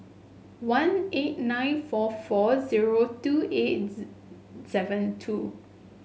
one eight nine four four zero two eight seven two